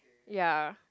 yeah